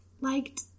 liked-